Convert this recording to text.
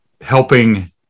helping